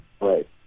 Right